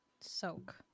Soak